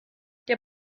der